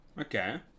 Okay